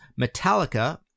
Metallica